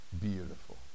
beautiful